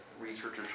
researchers